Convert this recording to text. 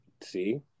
See